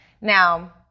Now